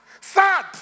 Sad